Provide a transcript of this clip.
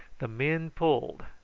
the men pulled,